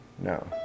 no